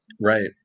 Right